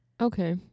Okay